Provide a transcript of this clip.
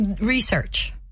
research